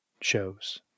shows